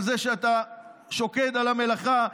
על שאתה שוקד על המלאכה,